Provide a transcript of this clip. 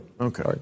Okay